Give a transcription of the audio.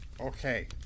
Okay